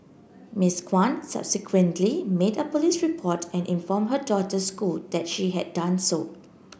Miss Kwan subsequently made a police report and inform her daughter school that she had done so